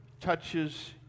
touches